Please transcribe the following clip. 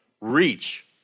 reach